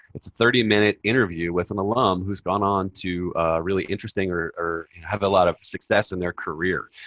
it's a thirty minute interview with an alum who's gone on to really interesting or or have a lot of success in their career.